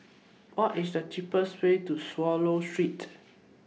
What IS The cheapest Way to Swallow Street